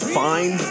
fine